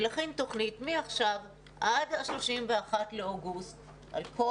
להכין תוכנית מעכשיו ועד ה-31 באוגוסט על כל